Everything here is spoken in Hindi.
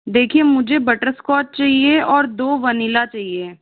देखिए मुझे बटरस्कॉच चाहिए और दो वनीला चाहिए